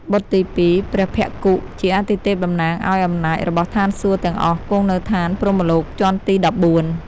បុត្រទី២ ព្រះភ្ឋគុ ជាអាទិទេពតំណាងឱ្យអំណាចរបស់ឋានសួគ៌ទាំងអស់ គង់នៅឋានព្រហ្មលោកជាន់ទី១៤ ។